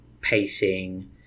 pacing